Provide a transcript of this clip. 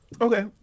Okay